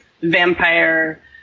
vampire